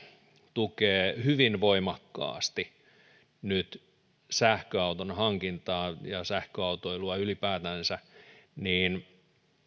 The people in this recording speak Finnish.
tukee nyt hyvin voimakkaasti sähköauton hankintaa ja sähköautoilua ylipäätänsä niin